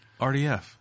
RDF